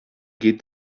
geht